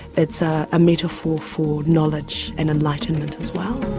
it's a metaphor for knowledge and enlightenment as well.